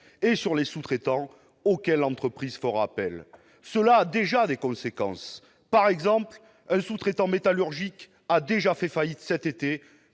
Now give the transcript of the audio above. et sur les sous-traitants auxquels l'entreprise fera appel. Cela a déjà des conséquences. Par exemple, un sous-traitant métallurgique a déjà fait faillite cet été